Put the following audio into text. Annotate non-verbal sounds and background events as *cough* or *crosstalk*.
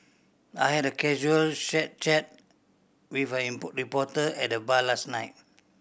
I had a casual *unintelligible* chat with a *unintelligible* reporter at the bar last night